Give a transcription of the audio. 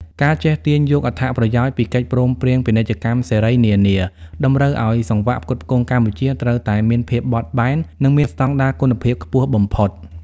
ការចេះទាញយកអត្ថប្រយោជន៍ពីកិច្ចព្រមព្រៀងពាណិជ្ជកម្មសេរីនានា តម្រូវឱ្យសង្វាក់ផ្គត់ផ្គង់កម្ពុជាត្រូវតែមានភាពបត់បែន និងមានស្ដង់ដារគុណភាពខ្ពស់បំផុត។